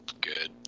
good